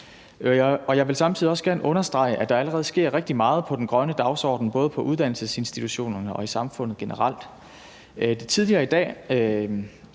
Og jeg vil samtidig også gerne understrege, at der allerede sker rigtig meget på den grønne dagsorden, både på uddannelsesinstitutionerne og i samfundet generelt. Tidligere i dag